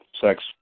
sex